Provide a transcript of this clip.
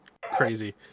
crazy